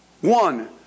One